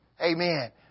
Amen